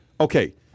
okay